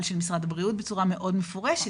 של משרד הבריאות בצורה מאוד מפורשת,